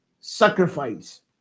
sacrifice